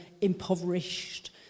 impoverished